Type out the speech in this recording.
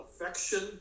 affection